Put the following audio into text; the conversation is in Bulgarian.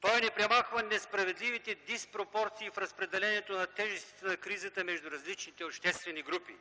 Той не премахва несправедливите диспропорции в разпределението на тежестите на кризата между различните обществени групи.